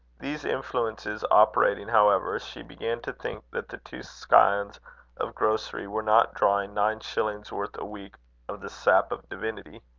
these influences operating, however, she began to think that the two scions of grocery were not drawing nine shillings' worth a week of the sap of divinity.